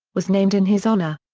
was named in his honor.